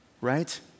Right